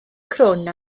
crwn